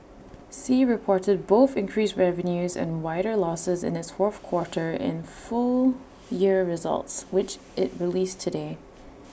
sea reported both increased revenues and wider losses in its fourth quarter and full year results which IT released today